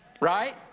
right